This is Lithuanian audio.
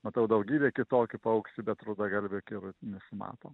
matau daugybę kitokių paukščių bet rudagalvių kirų nesimato